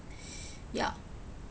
ya